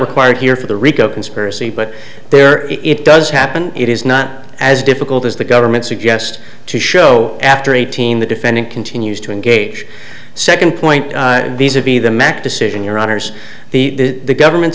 required here for the rico conspiracy but there it does happen it is not as difficult as the government suggest to show after eighteen the defendant continues to engage second point these are be the mack decision your honour's the government